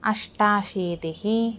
अष्टाशीतिः